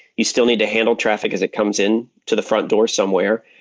you still need to handle traffic as it comes in to the front door somewhere.